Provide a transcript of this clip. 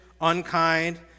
unkind